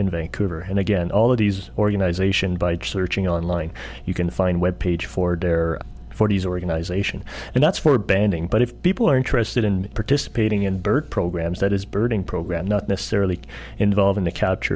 in vancouver and again all of these organization by searching online you can find web page for dare forty's organization and that's for banding but if people are interested in participating in bird programs that is birding program not necessarily involved in the c